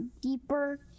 deeper